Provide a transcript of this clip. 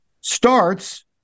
starts